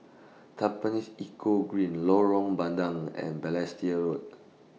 Tampines Eco Green Lorong Bandang and Balestier Road